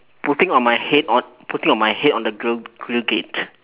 putting on my head on putting on my head on the grill grill gate